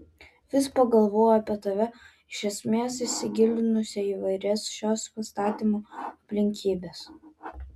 vis pagalvoju apie tave iš esmės įsigilinusią į įvairias šios pastatymo aplinkybes